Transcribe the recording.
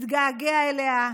התגעגע אליה,